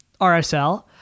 RSL